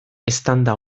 eztanda